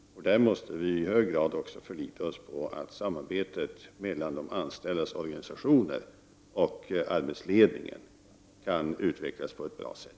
Vi måste i hög grad förlita oss på att samarbetet mellan de anställdas organisationer och arbetsledningen kan utvecklas på ett bra sätt.